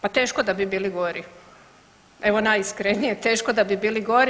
Pa teško da bi bili gori, evo najiskrenije teško da bi bili gori.